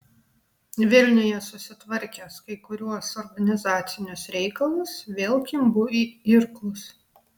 vilniuje susitvarkęs kai kuriuos organizacinius reikalus vėl kimbu į irklus